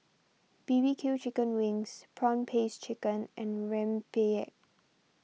B B Q Chicken Wings Prawn Paste Chicken and Rempeyek